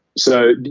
so, you